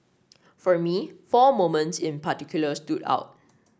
for me four moments in particular stood out